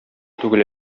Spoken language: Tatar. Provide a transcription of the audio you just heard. түгел